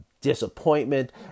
disappointment